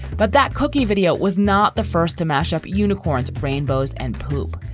but that cookie video was not the first to mash up unicorns, rainbows and poop.